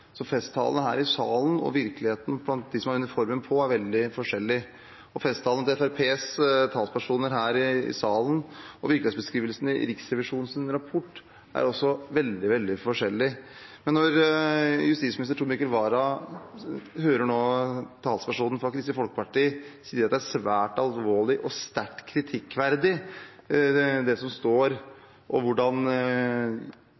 Så festtalene her i salen og virkelighetsbeskrivelsen til dem som har uniformen på, er veldig forskjellige, og festtalene til Fremskrittspartiets talspersoner her i salen og virkelighetsbeskrivelsene i Riksrevisjonens rapport er også veldig, veldig forskjellige. Når justisminister Tor Mikkel Wara nå hører talspersonen fra Kristelig Folkeparti si at det er «svært alvorlig» og «sterkt kritikkverdig» det som